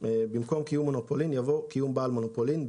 במקום "קיום מונופולין" יבוא "קיום בעל מונופולין".